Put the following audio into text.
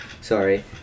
Sorry